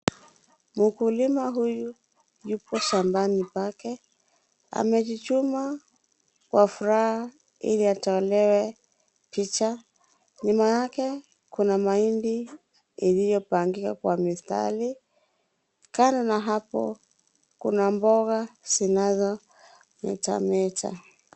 Mkulima huyu yuko shambani pake, amechuchuma kwa furaha ili atolewe picha. Nyuma yake kuna mahindi yaliyopangika kwa mistari, kando na hapo kuna mboga zinazo metameta.